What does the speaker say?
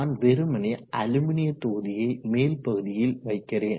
நான் வெறுமனே அலுமினிய தொகுதியை மேல் பகுதியில் வைக்கிறேன்